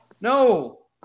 No